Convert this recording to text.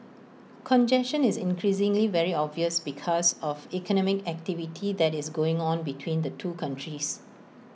congestion is increasingly very obvious because of economic activity that is going on between the two countries